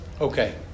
Okay